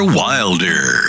wilder